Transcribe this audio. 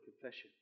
confession